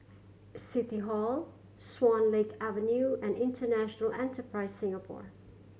City Hall Swan Lake Avenue and International Enterprise Singapore